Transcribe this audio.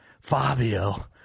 fabio